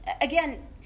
again